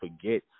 forget